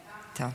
לגמרי.